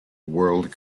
world